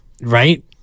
Right